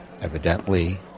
evidently